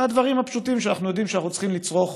אלא הדברים הפשוטים שאנחנו יודעים שאנחנו צריכים לצרוך